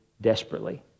desperately